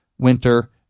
winter